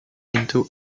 into